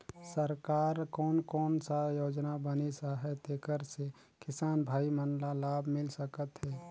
सरकार कोन कोन सा योजना बनिस आहाय जेकर से किसान भाई मन ला लाभ मिल सकथ हे?